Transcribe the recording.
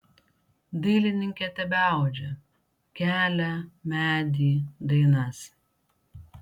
dailininkė tebeaudžia kelią medį dainas